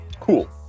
cool